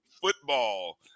football